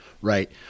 right